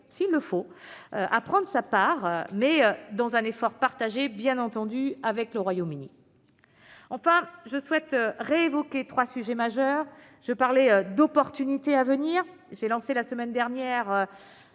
s'il le faut, à prendre sa part, mais dans un effort partagé avec le Royaume-Uni. Enfin, je souhaite évoquer trois sujets majeurs. Je parlais d'opportunités à venir. J'ai lancé la semaine dernière